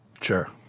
Sure